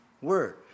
word